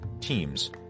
teams